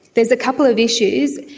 there's a couple of issues.